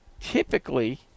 Typically